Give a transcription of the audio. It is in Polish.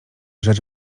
rzecz